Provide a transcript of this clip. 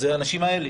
את האנשים האלה.